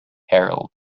harold